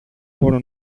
μπορώ